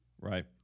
Right